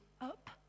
up